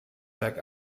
werk